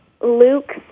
Luke